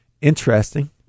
interesting